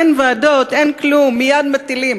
אין ועדות, אין כלום, מייד מטילים.